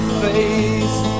face